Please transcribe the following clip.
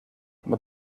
but